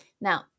Now